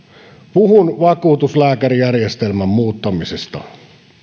puhun vakuutuslääkärijärjestelmän muuttamisesta